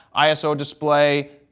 iso display,